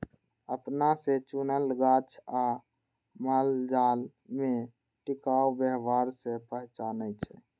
अपना से चुनल गाछ आ मालजाल में टिकाऊ व्यवहार से पहचानै छै